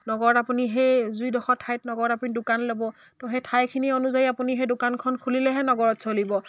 নগৰত আপুনি সেই যিডোখৰ ঠাইত নগৰত আপুনি দোকান ল'ব ত' সেই ঠাইখিনি অনুযায়ী আপুনি সেই দোকানখন খুলিলেহে নগৰত চলিব